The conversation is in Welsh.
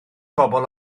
bobl